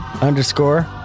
underscore